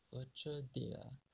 virtual date ah